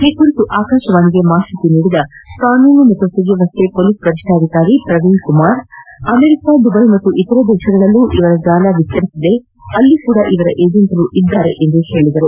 ಈ ಕುರಿತು ಆಕಾಶವಾಣಿಗೆ ಮಾಹಿತಿ ನೀಡಿದ ಕಾನೂನು ಮತ್ತು ಸುವ್ಯವಸ್ಥೆ ಪೊಲೀಸ್ ವರಿಷ್ಠಾಧಿಕಾರಿ ಪ್ರವೀಣ್ ಕುಮಾರ್ ಅಮೆರಿಕ ದುಬೈ ಹಾಗೂ ಇತರೆ ದೇಶಗಳಲ್ಲಿ ಇವರ ಜಾಲ ವಿಸ್ತರಿಸಿದ್ದು ಅಲ್ಲಿಯೂ ಇವರ ಏಜೆಂಟರಿದ್ದಾರೆ ಎಂದು ತಿಳಿಸಿದರು